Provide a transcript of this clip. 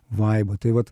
vaibą tai vat